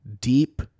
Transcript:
deep